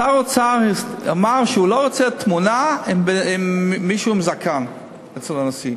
שר האוצר אמר שהוא לא רוצה תמונה עם מישהו עם זקן אצל הנשיא,